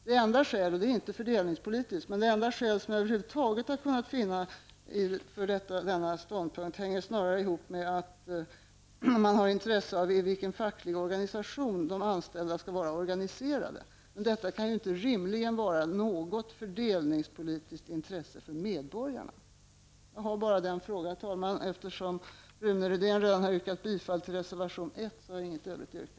Det enda skälet -- och det är inte fördelningspolitiskt, men över huvud taget det enda skäl som jag har kunnat finna -- hänger snarast ihop med att man har intresse av i vilken facklig organisation de anställda skall vara organiserade. Men detta kan ju rimligen inte vara något fördelningspolitiskt intresse för medborgarna. Herr talman! Jag har bara denna fråga. Eftersom Rune Rydén redan har yrkat bifall till reservation 1 har jag inget övrigt yrkande.